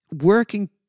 working